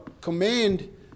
command